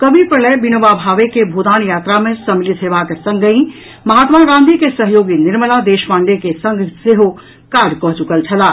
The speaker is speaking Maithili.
कवि प्रलय विनोवा भावे के भूदान यात्रा मे सम्मलित हेबाक संगहि महात्मा गांधी के सहयोगी निर्मला देश पांडेय के संग सेहो काज कऽ चुकल छलाह